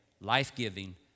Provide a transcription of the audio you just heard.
life-giving